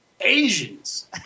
Asians